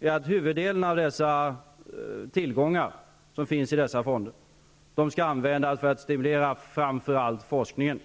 är att huvuddelen av tillgångarna i fonderna skall användas för att stimulera framför allt forskningen.